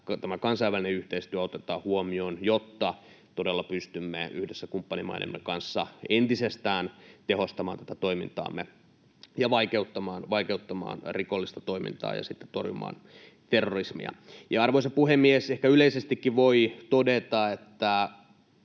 tämä kansainvälinen yhteistyö otetaan huomioon, jotta todella pystymme yhdessä kumppanimaidemme kanssa entisestään tehostamaan tätä toimintaamme ja vaikeuttamaan rikollista toimintaa ja torjumaan terrorismia? Arvoisa puhemies! Ehkä yleisestikin voi todeta, että